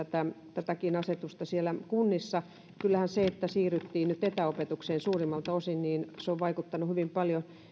tätäkin asetusta siellä kunnissa kyllähän se että siirryttiin nyt etäopetukseen suurimmalta osin on vaikuttanut hyvin paljon